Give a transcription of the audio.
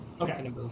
Okay